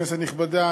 כנסת נכבדה,